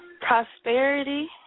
Prosperity